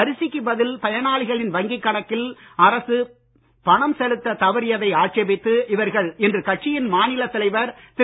அரிசிக்கு பதில் பயனாளிகளின் வங்கிக் கணக்கில் அரசு பணம் செலுத்தத் தவறியதை ஆட்சேபித்து இவர்கள் இன்று கட்சியின் மாநிலத் தலைவர் திரு